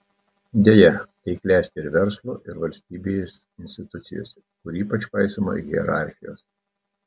deja tai klesti ir verslo ir valstybinėse institucijose kur ypač paisoma hierarchijos